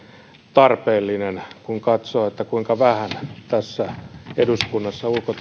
tarpeellinen kun katsoo kuinka vähän tässä eduskunnassa ulko ja